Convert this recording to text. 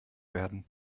werden